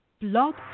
Blog